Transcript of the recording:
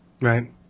Right